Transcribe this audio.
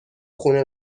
خونه